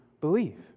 believe